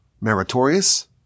meritorious